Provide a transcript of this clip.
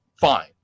fine